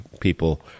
people